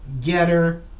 Getter